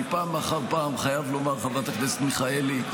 אני פעם אחר פעם חייב לומר, חברת הכנסת מיכאלי,